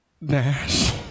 Nash